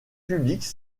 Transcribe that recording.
publique